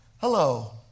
Hello